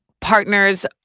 partners